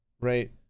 right